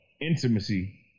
intimacy